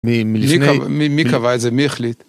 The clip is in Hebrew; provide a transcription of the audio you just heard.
מי קבע את זה? מי החליט?